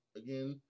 again